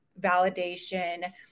validation